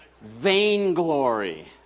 vainglory